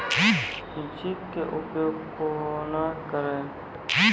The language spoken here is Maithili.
जिंक के उपयोग केना करये?